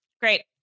Great